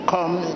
Come